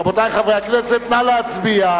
רבותי חברי הכנסת, נא להצביע.